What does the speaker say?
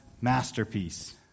masterpiece